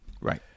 Right